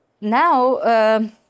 Now